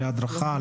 להדרכה,